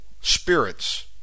spirits